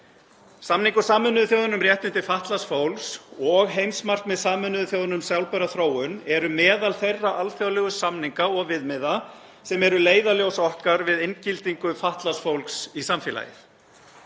Samningur Sameinuðu þjóðanna um réttindi fatlaðs fólks og heimsmarkmið Sameinuðu þjóðanna um sjálfbæra þróun eru meðal þeirra alþjóðlegu samninga og viðmiða sem eru leiðarljós okkar við inngildingu fatlaðs fólks í samfélagið.